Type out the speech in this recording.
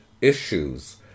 issues